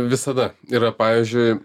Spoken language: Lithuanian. visada yra pavyzdžiui